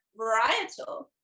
varietal